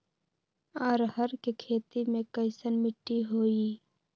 अरहर के खेती मे कैसन मिट्टी होइ?